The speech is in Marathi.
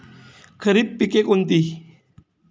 खरीप पिके कोणती?